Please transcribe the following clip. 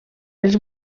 els